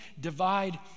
divide